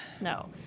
No